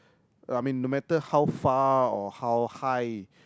I mean no matter how far or how high